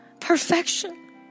perfection